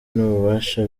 n’ububasha